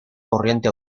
corriente